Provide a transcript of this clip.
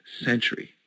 century